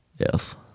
Yes